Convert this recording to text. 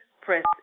press